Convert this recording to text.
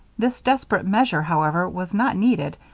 this desperate measure, however, was not needed,